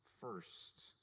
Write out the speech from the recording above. first